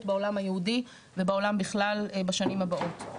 בעולם היהודי ובעולם בכלל בשנים הבאות.